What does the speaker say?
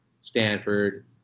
Stanford